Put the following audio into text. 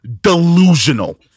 delusional